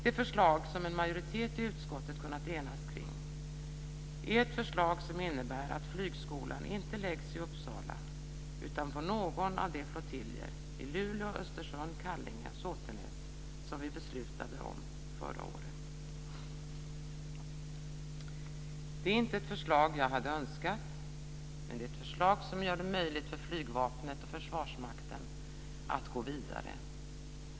Det förslag som en majoritet i utskottet har kunnat enas kring är ett förslag som innebär att flygskolan inte läggs i Uppsala utan på någon av de flottiljer i Luleå, Östersund, Kallinge och Såtenäs som vi beslutade om förra året. Det är inte ett förslag jag hade önskat, men det är ett förslag som gör det möjligt för flygvapnet och Försvarsmakten att gå vidare.